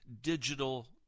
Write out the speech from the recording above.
digital